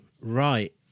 right